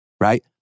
right